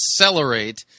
accelerate